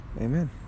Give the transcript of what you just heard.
Amen